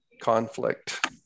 conflict